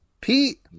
Pete